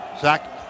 Zach